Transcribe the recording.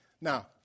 Now